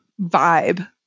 vibe